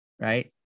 Right